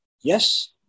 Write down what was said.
yes